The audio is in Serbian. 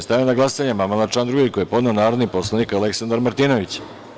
Stavljam na glasanje amandman na član 2. koji je podneo narodni poslanik Aleksandar Martinović.